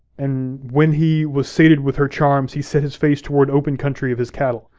and when he was sated with her charms, he set his face toward open country of his cattle.